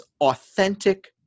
authentic